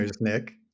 Nick